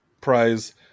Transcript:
Prize